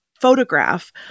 photograph